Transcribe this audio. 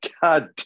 God